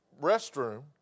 restroom